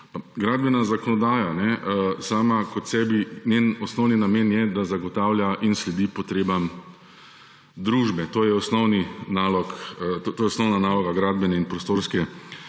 Gradbena zakonodaja sama po sebi, njen osnovni namen je, da zagotavlja in sledi potrebam družbe. To je osnovna naloga gradbene in prostorske